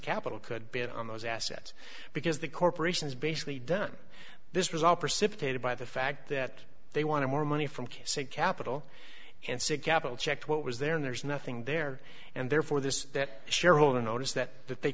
capital could bid on those assets because the corporations basically done this was all precipitated by the fact that they wanted more money from seed capital and sit capital checked what was there and there's nothing there and therefore there's that shareholder notice that that they